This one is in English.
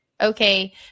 okay